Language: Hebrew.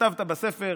כתבת בספר